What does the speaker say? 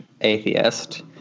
atheist